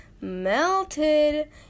melted